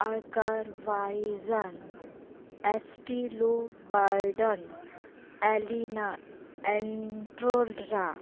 Azerbaijan ᱮᱥᱴᱤᱞᱩᱵᱟᱨᱰᱮᱱ ᱮᱞᱤᱱᱟ ᱮᱱᱴᱨᱳᱰᱨᱟ